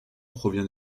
provient